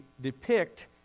depict